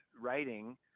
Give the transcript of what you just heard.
writing